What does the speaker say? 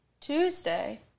Tuesday